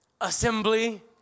assembly